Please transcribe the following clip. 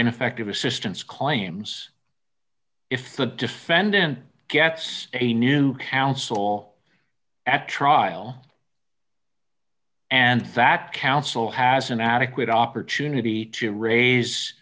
ineffective assistance claims if the defendant gets a new counsel at trial and that counsel has an adequate opportunity to raise